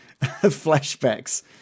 flashbacks